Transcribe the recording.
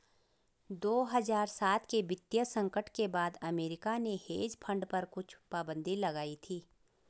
दो हज़ार सात के वित्तीय संकट के बाद अमेरिका ने हेज फंड पर कुछ पाबन्दी लगाई थी